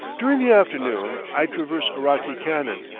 during the afternoon i traverse a rocky canon,